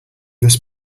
this